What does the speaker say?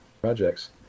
projects